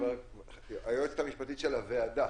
היועצת המשפטית של הוועדה,